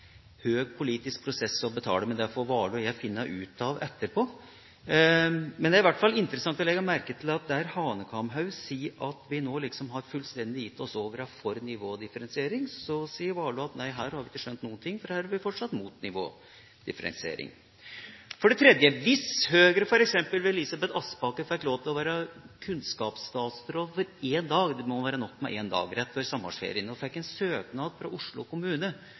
det får Warloe og jeg finne ut av etterpå. Det er i alle fall interessant å legge merke til at der Hanekamhaug sier at vi nå fullstendig har gitt oss over og er for en nivådifferensiering, så sier Warloe at her har vi ikke skjønt noen ting, for her er vi fortsatt imot nivådifferensiering. For det tredje: Hvis Høyre ved f.eks. Elisabeth Aspaker fikk lov til være kunnskapsstatsråd for én dag – det må være nok med én dag, rett før sommerferien – og fikk en søknad fra Oslo kommune